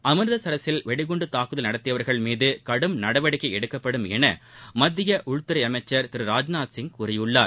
அமிர்தசரஸில் வெடிகுண்டு தாக்குதல் நடத்தியவர்கள் மீது கடும் நடவடிக்கை எடுக்கப்படும் என மத்திய உள்துறை அமைச்சர் திரு ராஜ்நாத்சிங் கூறியுள்ளார்